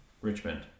Richmond